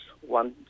one